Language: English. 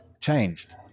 changed